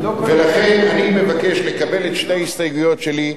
ולכן, אני מבקש לקבל את שתי ההסתייגויות שלי,